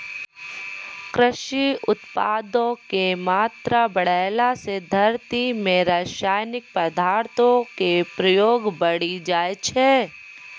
कृषि उत्पादो के मात्रा बढ़ैला से धरती मे रसायनिक पदार्थो के प्रयोग बढ़ि जाय छै